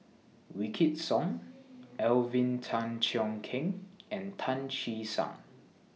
Wykidd Song Alvin Tan Cheong Kheng and Tan Che Sang